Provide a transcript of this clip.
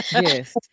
Yes